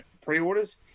pre-orders